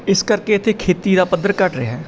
ਇਸ ਕਰਕੇ ਇੱਥੇ ਖੇਤੀ ਦਾ ਪੱਧਰ ਘੱਟ ਰਿਹਾ